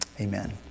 Amen